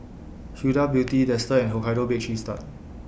Huda Beauty Dester and Hokkaido Baked Cheese Tart